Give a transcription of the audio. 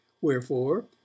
Wherefore